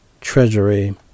Treasury